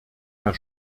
herr